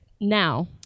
Now